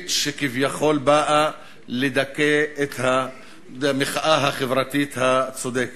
ביטחונית שכביכול באה לדכא את המחאה החברתית הצודקת.